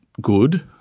good